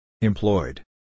Employed